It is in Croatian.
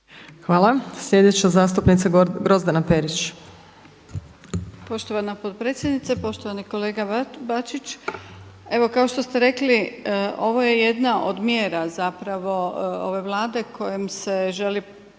Hvala. Sljedeća zastupnica Grozdana Perić. **Perić, Grozdana (HDZ)** Poštovana potpredsjednice. Poštovani kolega Bačić. Evo kao što ste rekli ovo je jedna od mjera ove Vlade kojom se želi